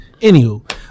Anywho